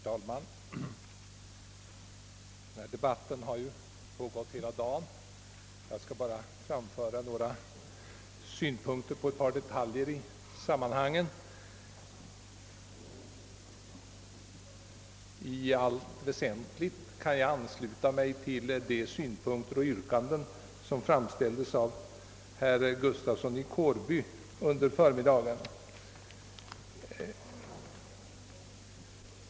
Herr talman! Debatten har nu pågått hela dagen och jag skall bara beröra ett par detaljer i sammanhanget. I allt väsentligt kan jag ansluta mig till de synpunkter och yrkanden, som framfördes av herr Gustafsson i Kårby under förmiddagen.